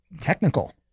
technical